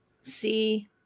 see